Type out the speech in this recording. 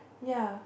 ya